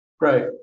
Right